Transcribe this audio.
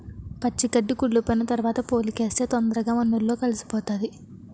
పచ్చి గడ్డి కుళ్లిపోయిన తరవాత పోలికేస్తే తొందరగా మన్నులో కలిసిపోతాది